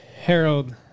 Harold